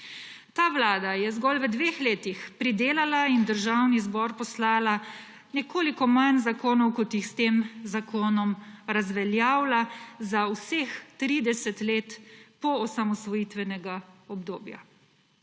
Ta vlada je zgolj v dveh letih pridelala in v Državni zbor poslala nekoliko manj zakonov, kot jih s tem zakonom razveljavlja za vseh 30 let poosamosvojitvenega obdobja.